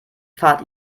pfad